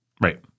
Right